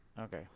Okay